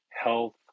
health